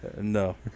no